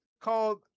called